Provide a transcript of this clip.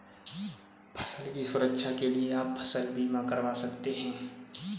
फसल की सुरक्षा के लिए आप फसल बीमा करवा सकते है